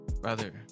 Brother